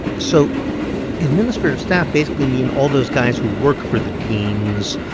so administrative staff basically mean all those guys who work for the deans,